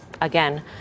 Again